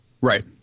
right